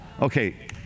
Okay